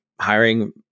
hiring